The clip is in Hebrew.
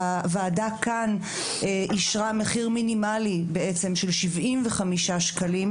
הוועדה כאן אישרה מחיר של 75 שקלים.